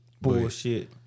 Bullshit